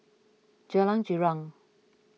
Jalan Girang